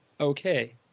okay